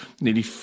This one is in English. nearly